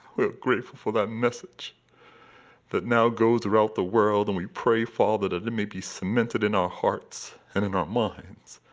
we're grateful for that message that now goes throughout the world, and we pray, father, that it may be cemented in our hearts and in our minds,